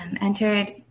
entered